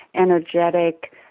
energetic